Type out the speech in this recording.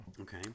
Okay